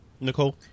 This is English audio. Nicole